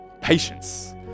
patience